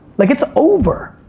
like it's over.